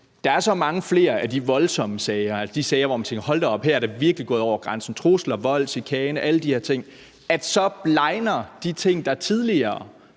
der er så mange flere af de voldsomme sager, altså de sager, hvor man tænker, at det virkelig er gået over grænsen med trusler, vold, chikane og alle de her ting, så blegner de ting lidt, der tidligere